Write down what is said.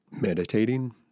meditating